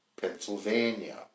Pennsylvania